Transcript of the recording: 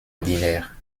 ordinaire